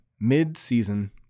Mid-season